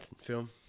film